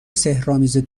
سحرآمیز